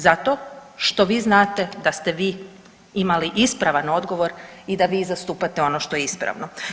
Zato što vi znate da ste vi imali ispravan odgovor i da vi zastupate ono što je ispravno.